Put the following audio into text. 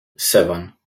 seven